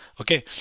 Okay